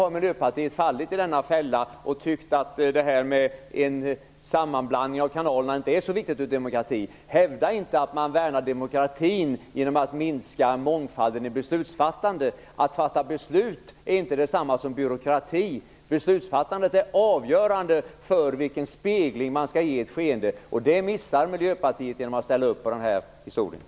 Men Miljöpartiet har fallit i denna fälla och tyckt att en sammanblandning av kanalerna inte spelar så stor roll för demokratin. Hävda inte att man värnar demokratin genom att minska mångfalden i beslutsfattandet. Att fatta beslut är inte detsamma som byråkrati. Beslutsfattandet är avgörande för vilken spegling man skall ge ett skeende. Det missar Miljöpartiet när det ställer upp på det här förslaget.